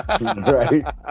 Right